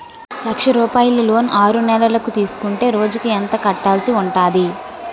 లక్ష రూపాయలు లోన్ ఆరునెలల కు తీసుకుంటే రోజుకి ఎంత కట్టాల్సి ఉంటాది?